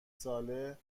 ساله